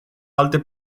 alte